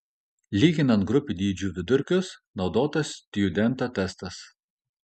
lyginant grupių dydžių vidurkius naudotas stjudento testas